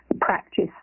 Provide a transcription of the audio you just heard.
practice